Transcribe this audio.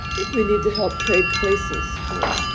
think we need to help trade places, too.